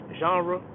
genre